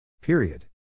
Period